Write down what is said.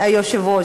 היושב-ראש,